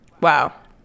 Wow